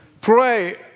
pray